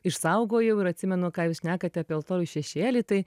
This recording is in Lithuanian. išsaugojau ir atsimenu ką jūs šnekat apie altorių šešėly tai